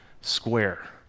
square